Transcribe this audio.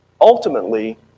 Ultimately